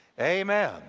Amen